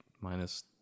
minus